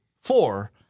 Four